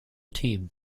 team